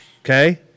Okay